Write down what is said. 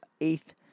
eighth